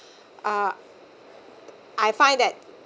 uh I find that